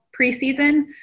preseason